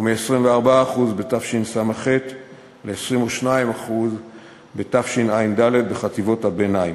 ומ-24% בתשס"ח ל-22% בתשע"ד בחטיבות הביניים.